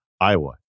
Iowa